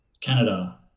Canada